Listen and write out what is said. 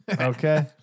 okay